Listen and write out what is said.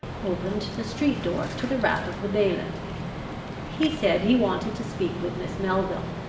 opened the street-door to the rap of the bailiff he said he wanted to speak with miss melville,